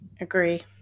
Agree